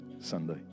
Sunday